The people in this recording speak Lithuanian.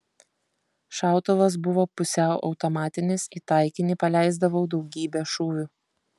šautuvas buvo pusiau automatinis į taikinį paleisdavau daugybę šūvių